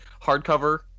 hardcover